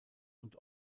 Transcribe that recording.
und